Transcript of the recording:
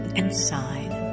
inside